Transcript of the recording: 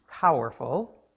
powerful